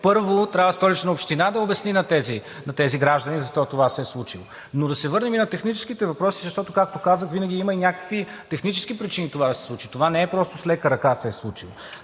първо трябва Столична община да обясни на тези граждани защо това се е случило. Но да се върнем и на техническите въпроси, защото, както казах, винаги има и някакви технически причини това да се случи, това не се е случило